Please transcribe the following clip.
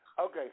Okay